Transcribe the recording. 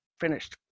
finished